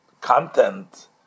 content